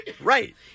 Right